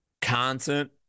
content